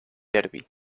derby